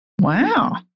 Wow